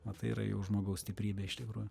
va tai yra jau žmogaus stiprybė iš tikrųjų